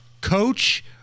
Coach